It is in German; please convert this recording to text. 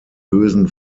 bösen